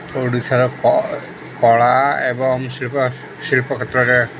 ଓଡ଼ିଶାର କଳା ଏବଂ ଶିଳ୍ପ ଶିଳ୍ପ କ୍ଷେତ୍ରରେ